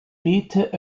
meter